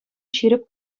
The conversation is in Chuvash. ҫирӗп